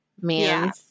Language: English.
man